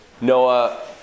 Noah